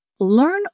Learn